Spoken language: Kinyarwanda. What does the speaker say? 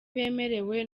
bemerewe